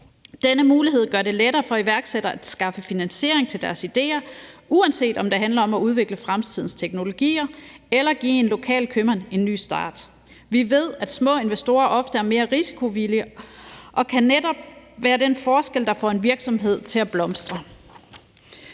Denne mulighed gør det lettere for iværksættere at skaffe finansiering til deres idéer, uanset om det handler om at udvikle fremtidens teknologier eller give en lokal købmand en ny start. Vi ved, at små investorer ofte er mere risikovillige, og at det netop kan være den forskel, der får en virksomhed til at blomstre.